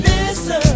Listen